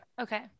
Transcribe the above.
Okay